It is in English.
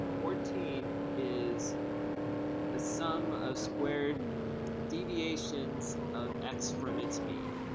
fourteen is the sum of squared deviations of x from its mean.